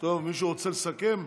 מישהו רוצה לסכם?